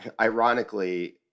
ironically